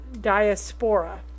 diaspora